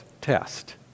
test